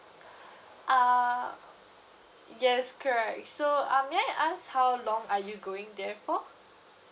uh yes correct so uh may I ask how long are you going there for